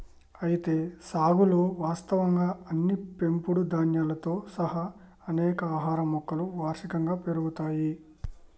అయితే సాగులో వాస్తవంగా అన్ని పెంపుడు ధాన్యాలతో సహా అనేక ఆహార మొక్కలు వార్షికంగా పెరుగుతాయి